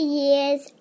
years